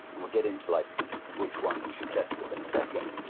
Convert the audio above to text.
and we'll get into like which ones you should test with in a second.